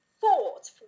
fought